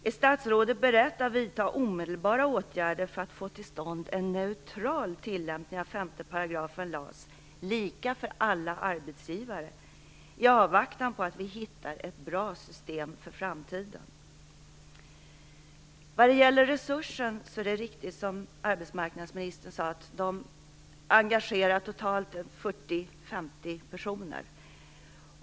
Är statsrådet beredd att vidta omedelbara åtgärder för att få till stånd en neutral tillämpning av LAS 5 §, lika för alla arbetsgivare, i avvaktan på att man finner ett bra system för framtiden? Det är riktigt som arbetsmarknadsministern sade, att Resursen engagerar totalt 40-50 personer.